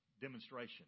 demonstration